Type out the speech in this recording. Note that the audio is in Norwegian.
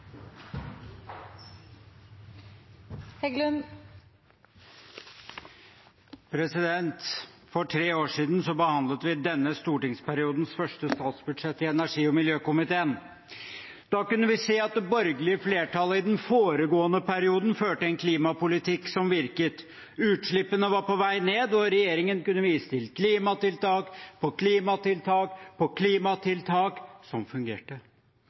denne stortingsperiodens første statsbudsjett i energi- og miljøkomiteen. Da kunne vi se at det borgerlige flertallet i den foregående perioden førte en klimapolitikk som virket. Utslippene var på vei ned, og regjeringen kunne vise til klimatiltak på klimatiltak på klimatiltak som fungerte.